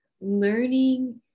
learning